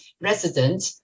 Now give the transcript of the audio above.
resident